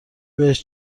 بهش